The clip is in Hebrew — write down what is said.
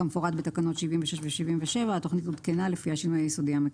כמפורט בתקנות 76 ו-77 התוכנית עודכנה לפי השינוי היסודי המקיף.